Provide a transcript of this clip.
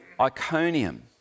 Iconium